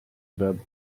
bed